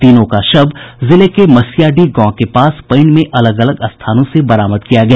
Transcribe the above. तीनों का शव जिले के मसीयाडीह गांव के पास पईन में अलग अलग स्थानों से बरामद किया गया